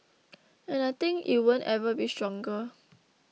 and I think it won't ever be stronger